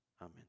Amen